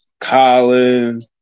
Colin